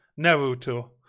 naruto